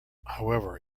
however